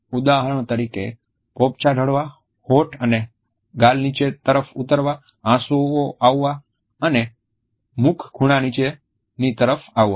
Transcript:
ઉદાહરણ તરીકે પોપચાં ઢળવા હોઠ અને ગાલ નીચે તરફ ઉતરવા આંસુઓનું આવવા અને મુખ ખૂણા નીચે તરફ આવવા